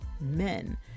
men